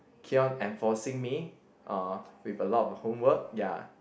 keep on enforcing me uh with a lot of homework ya